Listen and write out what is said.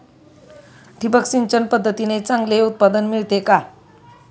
ठिबक सिंचन पद्धतीमुळे चांगले उत्पादन मिळते का?